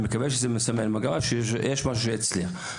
אני מקווה שזה מסמן מגמה שיש משהו שיצליח.